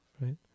right